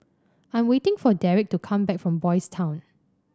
I'm waiting for Derek to come back from Boys' Town